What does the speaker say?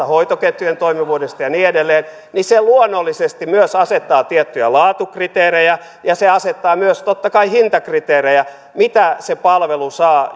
hoitoketjujen toimivuudesta ja niin edelleen luonnollisesti myös asettaa tiettyjä laatukriteerejä ja se asettaa myös totta kai hintakriteerejä mitä se palvelu saa